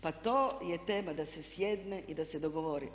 Pa to je tema da se sjedne i da se dogovori.